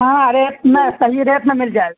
ہاں ریٹ میں صحیح ریٹ میں مل جائے گا